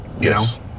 Yes